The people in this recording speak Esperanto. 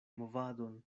movadon